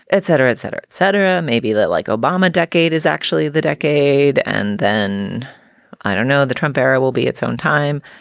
et cetera, et cetera, et cetera. maybe they like obama. decade is actually the decade. and then i don't know. the trump area will be its own time.